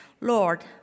Lord